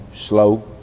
slow